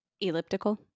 Elliptical